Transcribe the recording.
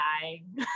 dying